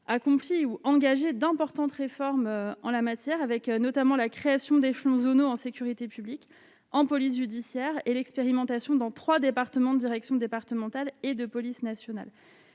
accompli ou engagé d'importantes réformes en la matière. Je pense ainsi à la création d'échelons zonaux en sécurité publique et en police judiciaire et à l'expérimentation, dans trois départements, de directions départementales de la police nationale.